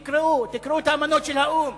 תקראו, תקראו את האמנות של האו"ם